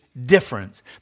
difference